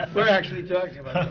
we're actually talking